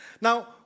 Now